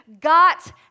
got